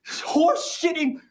horse-shitting